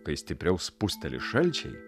kai stipriau spusteli šalčiai